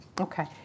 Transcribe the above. Okay